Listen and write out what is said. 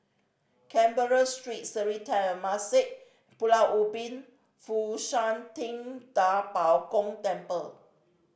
Canberra Street Sri Temasek Pulau Ubin Fo Shan Ting Da Bo Gong Temple